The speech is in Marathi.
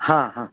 हां हां